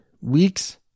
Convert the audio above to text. weeks